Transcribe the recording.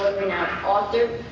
renowned author,